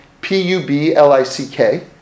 P-U-B-L-I-C-K